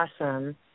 Awesome